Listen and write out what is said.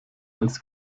als